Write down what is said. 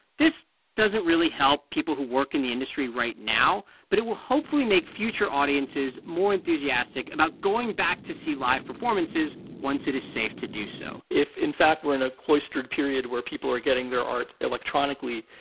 this doesn't really help people who work in the industry right now, but it will hopefully make future audiences more enthusiastic about going back to see live performances once it is safe to do so if, in fact, we're in a cloistered period where people are getting their art electronically,